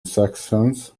sections